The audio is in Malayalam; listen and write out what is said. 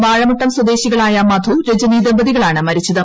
വാഴമൂട്ടം സ്വദേശികളായ മധൂ രജനി ദമ്പതികളാണ് മരിച്ചത്